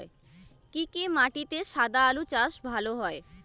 কি কি মাটিতে সাদা আলু চাষ ভালো হয়?